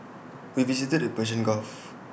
we visited the Persian gulf